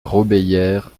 robéyère